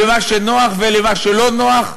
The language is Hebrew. למה שנוח ולמה שלא נוח?